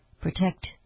Protect